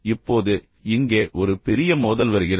இப்போது இங்கே ஒரு பெரிய மோதல் வருகிறது